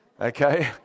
Okay